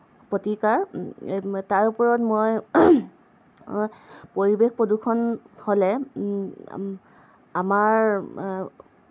প্ৰতিকাৰ তাৰ ওপৰত মই পৰিৱেশ প্ৰদূষণ হ'লে আমাৰ